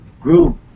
group